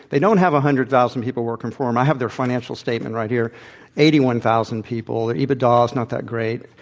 they don't have a one hundred thousand people working for them i have their financial statement right here eighty one thousand people. their ebitda is not that great,